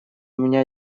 меня